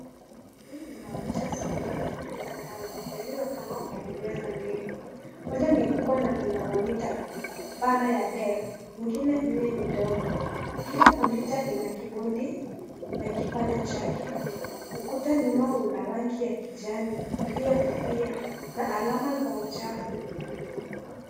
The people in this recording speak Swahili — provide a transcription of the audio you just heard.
Hii inaonyesha safu ya kompyuta tano zilizopangwa kwenye meza ndefu. Moja ni kubwa na ina (cs)monita(cs) pana ya Dell. Nyingine nne ni ndogo. Kila kompyuta ina kibodi na kipanya chake. Ukuta nyuma una rangi ya kijani iliyofifia na alama za uchafu.